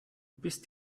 bist